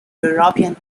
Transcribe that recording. european